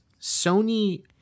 Sony